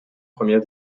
première